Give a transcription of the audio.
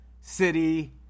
city